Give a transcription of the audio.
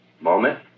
moment